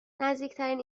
نزدیکترین